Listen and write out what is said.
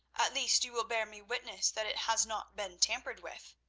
least you will bear me witness that it has not been tampered with,